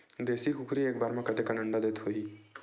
देशी कुकरी एक बार म कतेकन अंडा देत होही?